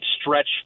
stretch